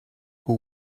who